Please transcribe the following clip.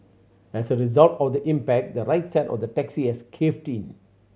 as a result of the impact the right side of the taxi had caved in